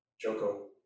Joko